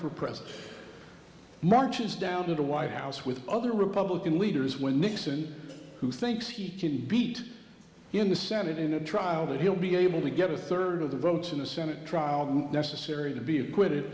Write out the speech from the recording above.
president marches down to the white house with other republican leaders when nixon who thinks he can beat in the senate in a trial that he'll be able to get a third of the votes in the senate trial necessary to be acquitted